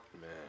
Man